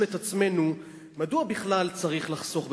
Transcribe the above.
את עצמנו: מדוע בכלל צריך לחסוך בחשמל?